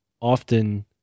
often